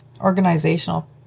organizational